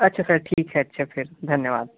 अच्छा सर ठीक है अच्छा फिर धन्यवाद